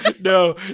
no